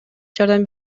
жардам